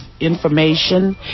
information